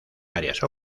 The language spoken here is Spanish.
varias